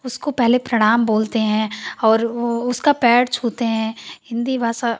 उसको पहले प्रणाम बोलते हैं और उसका पैर छूते हैं हिन्दी भाषा